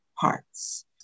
parts